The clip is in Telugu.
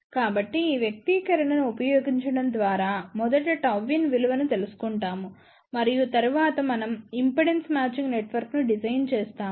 కాబట్టిఈ వ్యక్తీకరణను ఉపయోగించడం ద్వారా మొదట Γin విలువను తెలుసుకుంటాము మరియు తరువాత మనం ఇంపిడెన్స్ మ్యాచింగ్ నెట్వర్క్ను డిజైన్ చేస్తాము